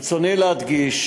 ברצוני להדגיש